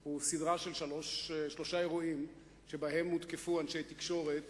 היא סדרה של שלושה אירועים שבהם הותקפו אנשי תקשורת